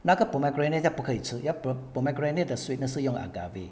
那个 pomegranate 那不可以吃要 po~ pomegranate 的 sweetness 是用 agave